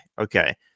okay